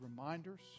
reminders